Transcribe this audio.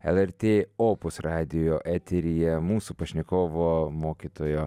lrt opus radijo eteryje mūsų pašnekovo mokytojo